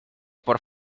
por